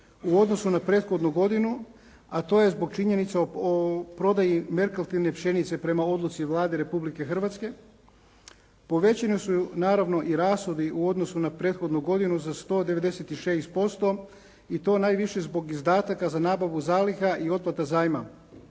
u odnosu za prethodnu godinu a to je zbog činjenice o prodaji merkantilne pšenice prema odluci Vlade Republike Hrvatske. Povećani su naravno i rashodi u odnosu na prethodnu godinu za 196% i to najviše zbog izdataka za nabavu zaliha i otplata zajma.